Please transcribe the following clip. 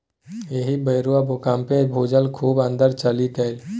एहि बेरुक भूकंपमे भूजल खूब अंदर चलि गेलै